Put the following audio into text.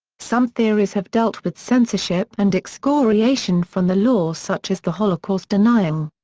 some theories have dealt with censorship and excoriation from the law such as the holocaust denial.